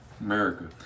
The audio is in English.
America